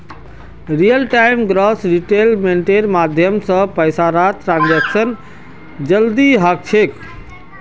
real time gross सेटलमेंटेर माध्यम स पैसातर ट्रांसैक्शन जल्दी ह छेक